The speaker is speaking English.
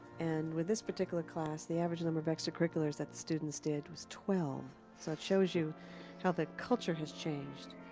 and with this particular class, the average number of extracurriculars that the students did was twelve. so it shows you how the culture has changed.